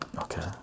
okay